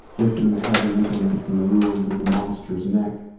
lifting the heavy implement from the ruins of the monster's neck,